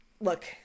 Look